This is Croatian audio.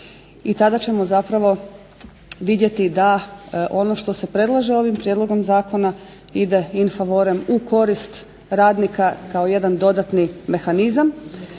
i tada ćemo zapravo vidjeti da ono što se predlaže ovim prijedlogom zakona ide in favorem u korist radnika kao jedan dodatni mehanizam.